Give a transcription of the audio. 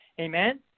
Amen